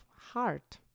heart